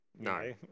No